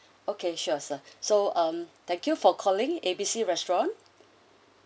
okay sure sir so um thank you for calling A B C restaurant